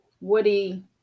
woody